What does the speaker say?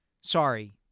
Sorry